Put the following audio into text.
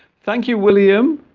thank you william